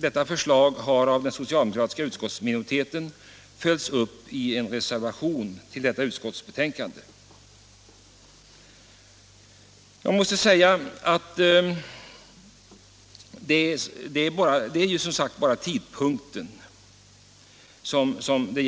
Detta förslag har av den socialdemokratiska utskottsminoriteten följts upp i en reservation till utskotts "betänkandet. Det är som sagt bara tidpunkten som socialdemokraternas krav